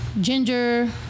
ginger